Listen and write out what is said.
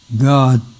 God